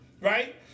Right